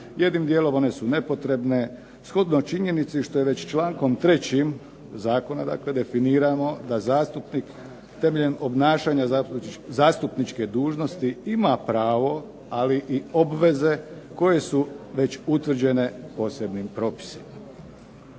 jednim dijelom one su nepotrebne, shodno činjenici što je već člankom 3. zakona definirano da zastupnik temeljem obnašanja zastupničke dužnosti ima pravo, ali i obveze koje su već utvrđene posebnim propisima.